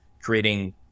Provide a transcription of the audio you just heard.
creating